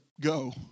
go